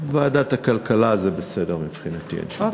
ועדת הכלכלה, זה בסדר מבחינתי, אין שום בעיה.